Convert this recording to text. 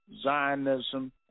Zionism